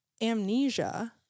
amnesia